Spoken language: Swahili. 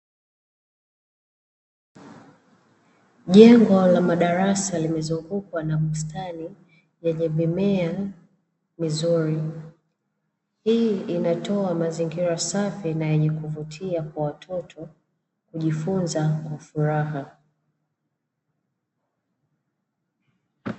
Jengo la madarasa limezungukwa na bustani yenye mimea mizuri, hii inatoa mazingira safi na yenye kuvutia kwa watoto kujifunza kwa furaha.